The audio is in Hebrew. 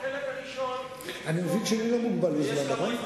בחלק הראשון, יש שם גם כמה הסתייגויות.